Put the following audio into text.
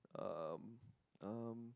um um